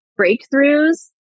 breakthroughs